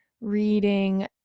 reading